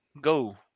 go